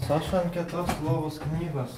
ant vienos lovos aš ant kitos lovos knygos